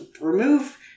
remove